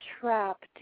trapped